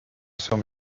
sourd